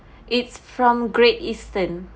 it's from Great Eastern